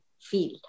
feel